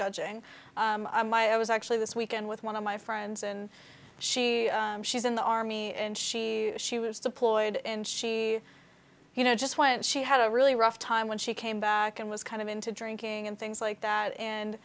my i was actually this weekend with one of my friends and she she's in the army and she she was deployed and she you know just went she had a really rough time when she came back and was kind of into drinking and things like that and